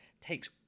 takes